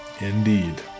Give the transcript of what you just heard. Indeed